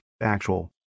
actual